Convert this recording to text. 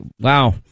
wow